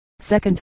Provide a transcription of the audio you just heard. second